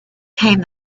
came